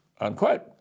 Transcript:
unquote